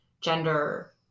gender